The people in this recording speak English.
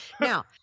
now